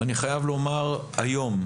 אני חייב לומר שהיום,